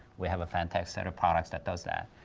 we have a fantastic set of products that does that.